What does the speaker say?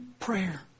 prayer